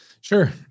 Sure